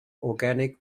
organic